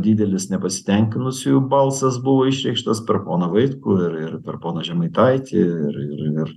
didelis nepasitenkinusiųjų balsas buvo išreikštas per poną vaitkų ir ir per poną žemaitaitį ir ir ir